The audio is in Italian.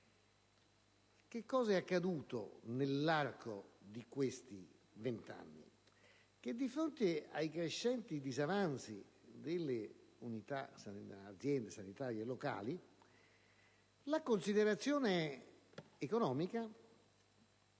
Cosa è accaduto nell'arco di questi vent'anni? Che, di fronte ai crescenti disavanzi delle Aziende sanitarie locali, la considerazione economica